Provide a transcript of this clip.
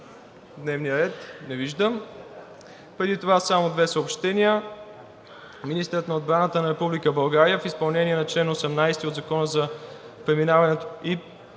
дневния ред? Не виждам. Преди това само две съобщения: Министърът на отбраната на Република България в изпълнение на чл. 18 от Закона за преминаването